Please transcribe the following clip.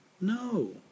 No